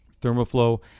Thermoflow